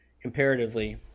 comparatively